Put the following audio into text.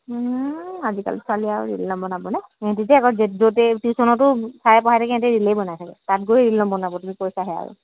আজিকালি ছোৱালী আৰু ৰীল নবনাবনে সিহঁতি যে আক' য'ত টিউশ্যনতো চাৰে পঢ়াই থাকে ইহঁতে ৰীলেই বনাই থাকে তাত গৈ ৰীল নবনাব তুমি কৈছাহে আৰু